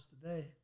today